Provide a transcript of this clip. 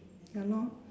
ya lor